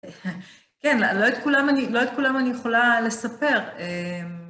כן, לא את כולם אני יכולה לספר.